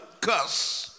cuss